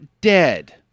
dead